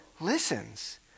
listens